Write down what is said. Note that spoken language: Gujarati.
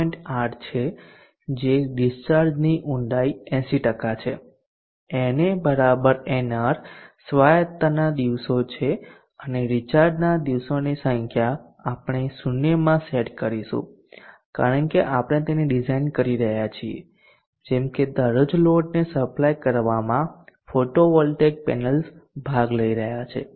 8 છે જે ડીસ્ચાર્જ ની ઊંડાઈ 80 છે na nr સ્વાયતતાના દિવસો છે અને રિચાર્જના દિવસોની સંખ્યા આપણે 0 માં સેટ કરીશું કારણ કે આપણે તેને ડિઝાઇન કરી રહ્યા છીએ જેમ કે દરરોજ લોડને સપ્લાય કરવામાં ફોટોવોલ્ટેઇક પેનલ્સ ભાગ લઈ રહ્યાં છે